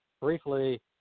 briefly